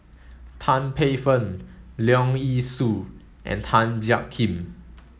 Tan Paey Fern Leong Yee Soo and Tan Jiak Kim